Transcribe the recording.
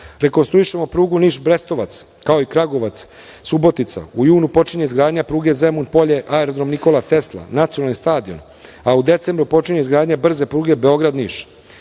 Rekonstruišemo prugu Niš-Brestovac, kao i Kragujevac-Subotica. U junu počinje izgradnja pruge Zemun Polje-Aerodrom Nikola Tesla, Nacionalni stadion, a u decembru počinje izgradnja brze pruge Beograd-Niš.